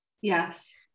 Yes